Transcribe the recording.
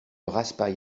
raspail